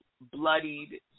bloodied